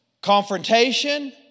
confrontation